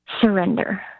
Surrender